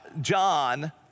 John